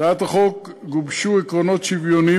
בהצעת החוק גובשו עקרונות שוויוניים